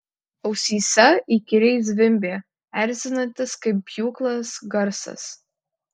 ausyse įkyriai zvimbė erzinantis kaip pjūklas garsas